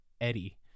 Eddie